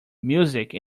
music